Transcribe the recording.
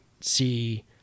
see